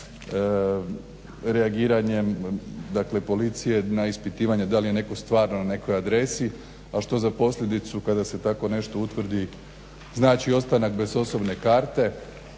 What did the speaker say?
reagiranjem dakle policije na ispitivanje da li je netko stvarno na nekoj adresi. Al što za posljedicu kada se tako nešto utvrdi znači ostanak bez osobne karte,